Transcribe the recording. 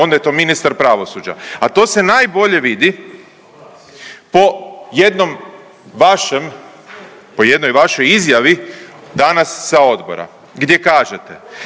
onda je to ministar pravosuđa, a to se najbolje vidi po jednom vašem, po jednoj vašoj izjavi danas sa odbora gdje kažete.